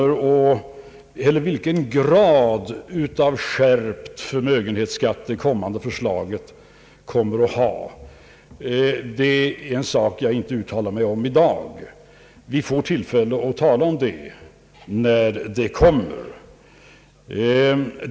Vilken grad av skärpt förmögenhetsskatt det kommande förslaget kan innebära är en sak som jag inte uttalar mig om i dag. Vi får tillfälle att tala om det när förslaget kommer.